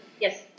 yes